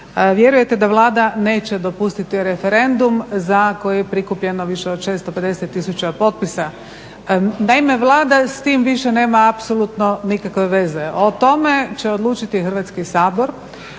vjerujete da Vlada neće dopustiti referendum za koji je prikupljeno više od 650 tisuća potpisa. Naime Vlada s tim više nema apsolutno nema nikakve veze. O tome će odlučiti Hrvatski sabor,